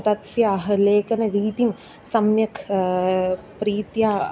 तस्याः लेखनरीतिं सम्यक् प्रीत्या